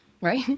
Right